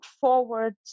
forward